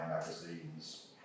magazines